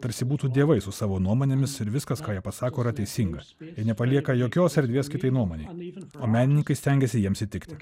tarsi būtų dievai su savo nuomonėmis ir viskas ką jie pasako yra teisinga jie nepalieka jokios erdvės kitai nuomonei o menininkai stengiasi jiems įtikti